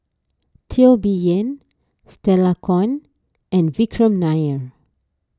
Teo Bee Yen Stella Kon and Vikram Nair